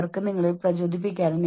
നമ്മൾക്ക് അസ്വസ്ഥത തോന്നുന്നു